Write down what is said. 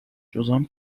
جذام